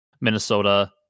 minnesota